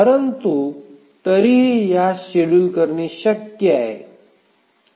परंतु तरीही यास शेड्यूल करणे शक्य आहे